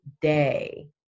day